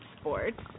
Sports